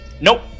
Nope